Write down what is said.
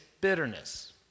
bitterness